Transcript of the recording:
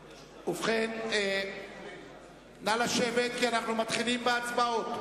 ובכן, נא לשבת כי אנחנו מתחילים בהצבעות.